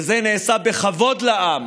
וזה נעשה בכבוד לעם,